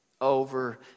Over